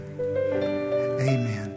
amen